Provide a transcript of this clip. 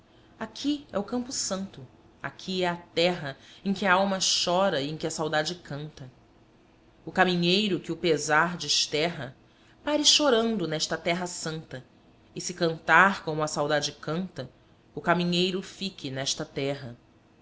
aqui é o campo santo aqui é a terra em que a alma chora e em que a saudade canta o caminheiro que o pesar desterra pare chorando nesta terra santa e se cantar como a saudade canta o caminheiro fique nesta terra